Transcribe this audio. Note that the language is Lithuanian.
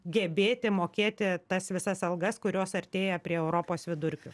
gebėti mokėti tas visas algas kurios artėja prie europos vidurkių